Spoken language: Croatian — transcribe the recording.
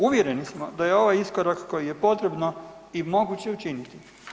Uvjereni smo da je ovo iskorak koji je potrebno i moguće učiniti.